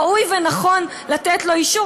ראוי ונכון לתת לו אישור,